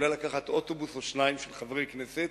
אולי לקחת אוטובוס או שניים של חברי כנסת,